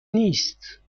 نیست